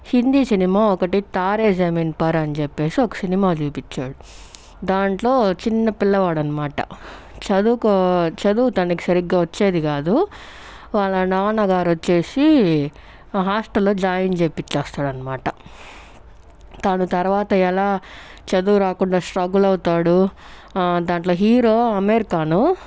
హిందీ సినిమా ఒకటి తారే జమీన్ పర్ అని చెప్పేసి ఒక సినిమా చూపించాడు దాంట్లో చిన్న పిల్లవాడు అనమాట చదువుకో చదువు తనకి సరిగ్గా వచ్చేది కాదు వాళ్ల నాన్నగారు వచ్చేసి హాస్టల్ లో జాయిన్ చేయిపిచేస్తాడు అన్నమాట తను తర్వాత ఎలా చదువు రాకుండా స్ట్రగుల్ అవుతాడు దాంట్లో హీరో అమీర్ ఖాన్ను